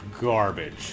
garbage